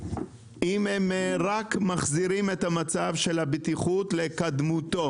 אם הם רק מחזירים את המצב של הבטיחות לקדמותו,